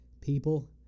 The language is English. people